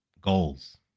goals